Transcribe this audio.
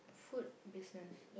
food business